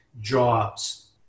jobs